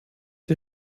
die